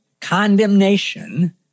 condemnation